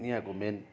यहाँको मेन